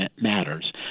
matters